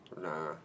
Nah